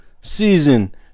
Season